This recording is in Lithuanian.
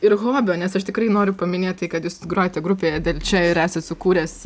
ir hobio nes aš tikrai noriu paminėt tai kad jūs grojate grupėje delčia ir esat sukūręs